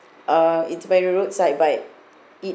uh it's by the roadside but it